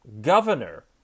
governor